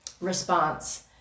response